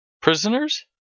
Prisoners